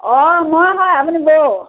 অঁ হয় হয় আপুনি বৌ